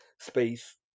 space